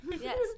yes